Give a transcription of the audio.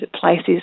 places